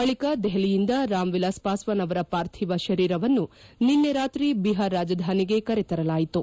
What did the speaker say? ಬಳಿಕ ದೆಹಲಿಯಿಂದ ರಾಮ್ ವಿಲಾಸ್ ಪಾಸ್ವಾನ್ ಅವರ ಪಾರ್ಥಿವ ಶರೀರವನ್ನು ನಿನ್ನೆ ರಾತ್ರಿ ಬಿಹಾರ್ ರಾಜಧಾನಿಗೆ ಕರೆ ತರಲಾಯಿತು